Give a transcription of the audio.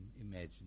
imagine